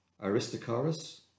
aristarchus